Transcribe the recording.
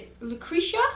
Lucretia